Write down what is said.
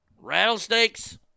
Rattlesnakes